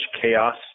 chaos